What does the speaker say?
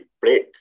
break